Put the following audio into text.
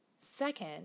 Second